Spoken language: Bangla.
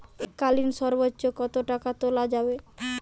এককালীন সর্বোচ্চ কত টাকা তোলা যাবে?